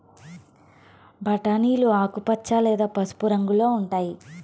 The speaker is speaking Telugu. బఠానీలు ఆకుపచ్చ లేదా పసుపు రంగులో ఉంటాయి